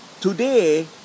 today